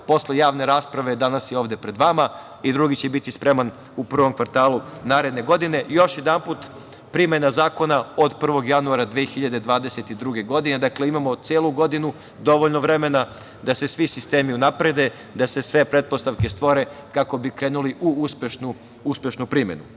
posle javne rasprave, danas je ovde pred vama, i drugi će biti spreman u prvom kvartalu naredne godine. Još jednom, primena zakona od prvog januara 2022. godine, dakle imamo celu godinu, dovoljno vremena da se svi sistemi unaprede, da se sve pretpostavke stvore kako bi krenuli u uspešnu primenu. Treći